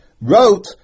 wrote